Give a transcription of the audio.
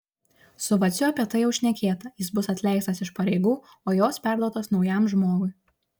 su vaciu apie tai jau šnekėta jis bus atleistas iš pareigų o jos perduotos naujam žmogui